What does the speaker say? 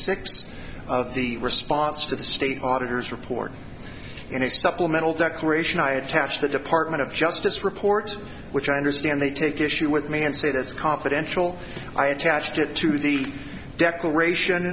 six of the response to the state auditors report in a supplemental declaration i attached the department of justice report which i understand they take issue with me and say that's confidential i attached it to the declaration